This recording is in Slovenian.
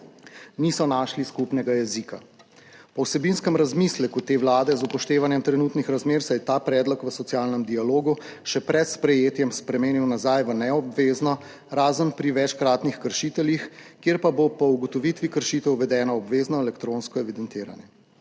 niso našli skupnega jezika. Po vsebinskem razmisleku te Vlade, z upoštevanjem trenutnih razmer, se je ta predlog v socialnem dialogu še pred sprejetjem spremenil nazaj v neobvezno, razen pri večkratnih kršiteljih, kjer pa bo po ugotovitvi kršitev uvedeno obvezno elektronsko evidentiranje.